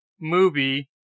movie